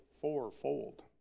fourfold